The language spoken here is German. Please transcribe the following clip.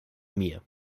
mir